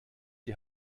die